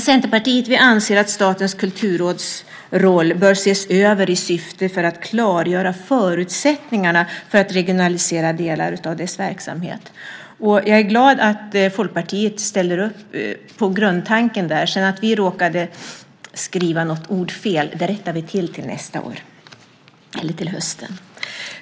Centerpartiet anser dock att Statens kulturråds roll bör ses över i syfte att klargöra förutsättningarna för att regionalisera delar av dess verksamhet. Jag är glad att Folkpartiet ställer upp på den grundtanken. Att vi sedan råkade skriva något ord fel, det rättar vi till i höst.